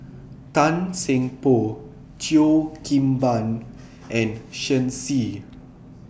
Tan Seng Poh Cheo Kim Ban and Shen Xi